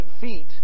feet